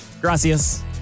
Gracias